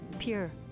Pure